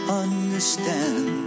understand